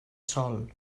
sòl